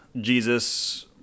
Jesus